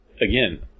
again